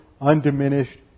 undiminished